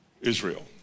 Israel